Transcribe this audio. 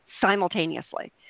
simultaneously